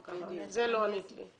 על זה לא ענית לי.